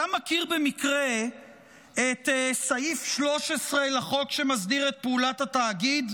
אתה מכיר במקרה את סעיף 13 לחוק שמסדיר את פעולת התאגיד,